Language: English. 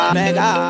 mega